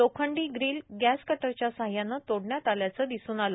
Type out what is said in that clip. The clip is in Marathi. लोखंडी ग्रील गॅस कटरच्या साह्याने तोडण्यात आल्याचे दिसून आले